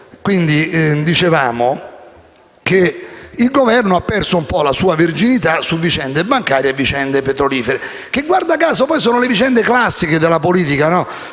XVII).* Dicevamo che il Governo ha perso un po' la sua verginità su vicende bancarie e vicende petrolifere, che guarda caso sono le vicende classiche della politica: di